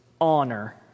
honor